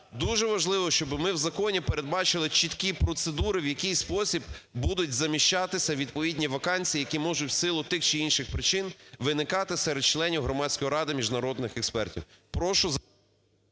Дуже важливо, щоб ми в законі передбачили чіткі процедури, в який спосіб будуть заміщатися відповідні вакансії, які можуть в силу тих чи інших причин виникати серед членів Громадської ради міжнародних експертів.